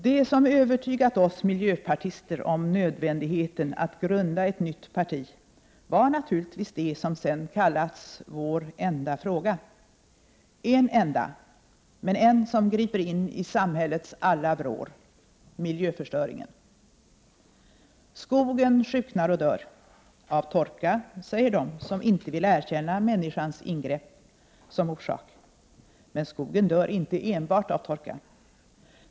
Det som övertygat oss miljöpartister om nödvändigheten att grunda ett nytt parti var naturligtvis det som sedan kallats vår enda fråga, en enda, men en som griper in i samhällets alla vrår — miljöförstöringen. Skogen sjuknar och dör. Av torka, säger de som inte vill erkänna människans ingrepp som orsak. Men skogen dör inte enbart av torka.